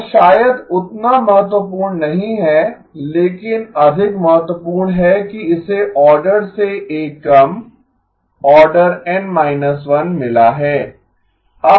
वह शायद उतना महत्वपूर्ण नहीं है लेकिन अधिक महत्वपूर्ण है कि इसे ऑर्डर से 1 कम ऑर्डर N 1 मिला है